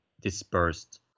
dispersed